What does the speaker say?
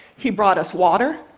he brought us water,